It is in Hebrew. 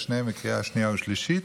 ושניהם לקריאה שנייה ושלישית.